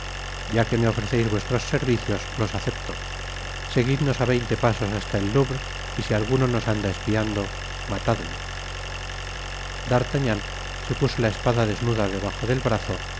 ya que me ofreceis vuestros'servicios los acepto seguidnos á veinte pasos hasta el louvre y si alguno nos anda espiando matadle d'artagnan se puso la espada desnuda debajo del brazo